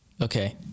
okay